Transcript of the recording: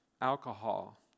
alcohol